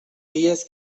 dies